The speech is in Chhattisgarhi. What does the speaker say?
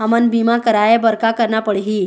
हमन बीमा कराये बर का करना पड़ही?